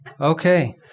Okay